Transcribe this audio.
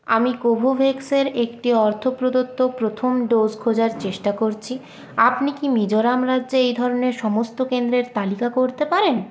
আমি কোভোভ্যাক্স এর একটি অর্থ প্রদত্ত প্রথম ডোজ খোঁজার চেষ্টা করছি আপনি কি মিজোরাম রাজ্যে এই ধরনের সমস্ত কেন্দ্রের তালিকা করতে পারেন